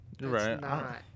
right